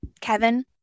Kevin